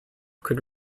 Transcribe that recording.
could